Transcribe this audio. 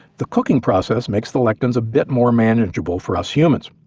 the cooking process makes the lectins a bit more manageable for us humans.